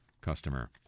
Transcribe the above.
customer